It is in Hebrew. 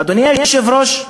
אדוני היושב-ראש,